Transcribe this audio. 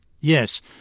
Yes